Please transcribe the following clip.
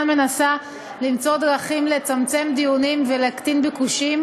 מנסה למצוא דרכים לצמצם דיונים ולהקטין ביקושים,